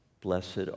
Blessed